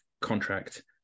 contract